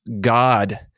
God